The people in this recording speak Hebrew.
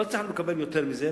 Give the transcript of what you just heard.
לא הצלחנו לקבל יותר מזה,